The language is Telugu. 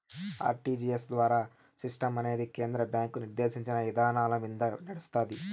ఆర్టీజీయస్ ద్వారా సిస్టమనేది కేంద్ర బ్యాంకు నిర్దేశించిన ఇదానాలమింద నడస్తాంది